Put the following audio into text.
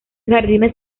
jardines